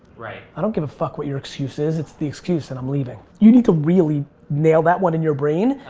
right. i don't give a fuck what your excuse is, it's the excuse and i'm leaving. you need to really nail that one in your brain,